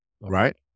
right